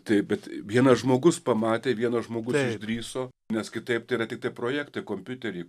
taip bet vienas žmogus pamatė vienas žmogus išdrįso nes kitaip tai yra tiktai projektai kompiuteriai